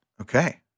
Okay